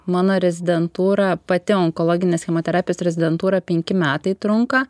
mano rezidentūra pati onkologinės chemoterapijos rezidentūra penki metai trunka